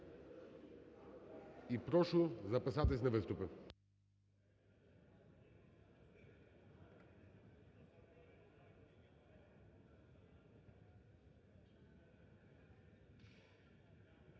і прошу записатись на виступи.